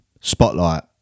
spotlight